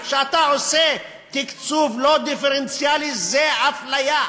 וכשאתה עושה תקצוב לא דיפרנציאלי, זה אפליה.